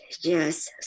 yes